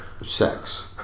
sex